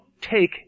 take